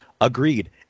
agreed